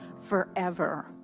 Forever